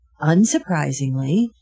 unsurprisingly